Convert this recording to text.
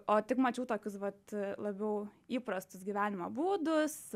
o tik mačiau tokius vat labiau įprastus gyvenimo būdus